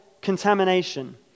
contamination